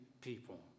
people